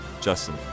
Justin